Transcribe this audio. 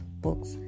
books